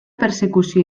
persecució